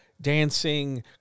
dancing